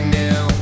new